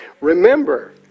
Remember